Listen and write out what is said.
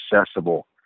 accessible